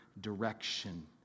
direction